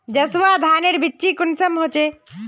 जसवा धानेर बिच्ची कुंसम होचए?